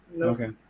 Okay